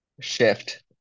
shift